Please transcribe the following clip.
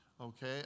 Okay